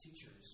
teachers